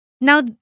Now